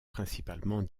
principalement